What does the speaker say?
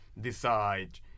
decide